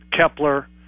Kepler